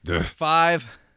Five